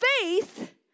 faith